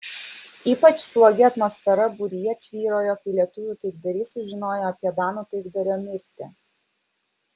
ypač slogi atmosfera būryje tvyrojo kai lietuvių taikdariai sužinojo apie danų taikdario mirtį